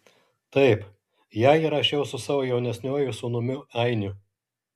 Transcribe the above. taip ją įrašiau su savo jaunesniuoju sūnumi ainiu